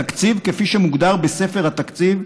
התקציב, כפי שהוא מוגדר בספר התקציב,